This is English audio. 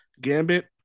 Gambit